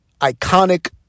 Iconic